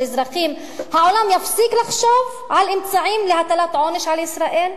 אזרחים העולם יפסיק לחשוב על אמצעים להטלת עונש על ישראל?